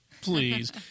please